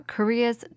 Korea's